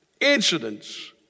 incidents